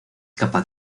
capaz